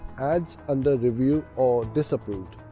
ad under review or disapproved